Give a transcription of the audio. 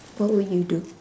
what would you do